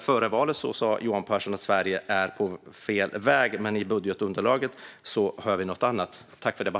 Före valet sa han att Sverige är på fel väg, men i budgetunderlaget hör vi något annat.